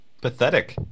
pathetic